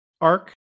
arc